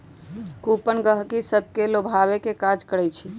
coupon गहकि सभके लोभावे के काज करइ छइ